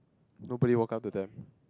nobody walk up to them